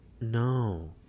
No